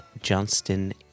Johnston